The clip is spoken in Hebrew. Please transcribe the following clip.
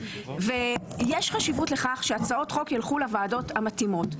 ויש חשיבות לכך שהצעות חוק ילכו לוועדות המתאימות.